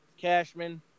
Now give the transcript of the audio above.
Cashman